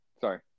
Sorry